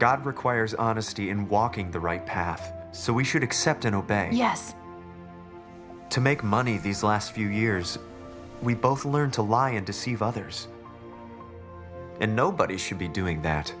god requires honesty and walking the right path so we should accept and obey yes to make money these last few years we both learned to lie and deceive others and nobody should be doing that